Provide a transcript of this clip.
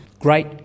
Great